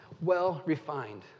well-refined